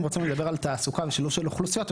אם רוצים לדבר על תעסוקה ושילוב של אוכלוסיות,